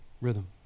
rhythm